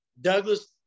Douglas